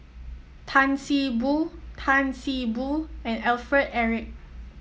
Tan See Boo Tan See Boo and Alfred Eric